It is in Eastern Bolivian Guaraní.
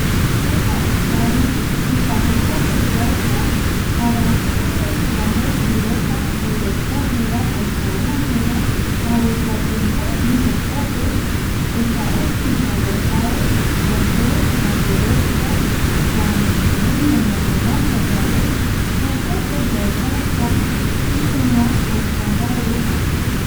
Ikavi esa jokope yaesa arakae yandeipireta guireko jevae, oiporujeva, jare yayemboevi jokope esa oime yave mbae yande yandereko yañekirei ñamomiratata yave jokope yaesauka iruva oikua mbaeretape